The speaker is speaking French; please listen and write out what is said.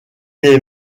est